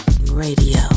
radio